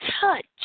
touch